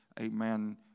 amen